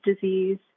disease